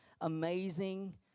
amazing